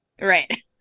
right